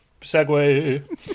segue